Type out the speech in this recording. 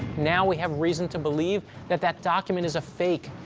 now we have reason to believe that that document is a fake,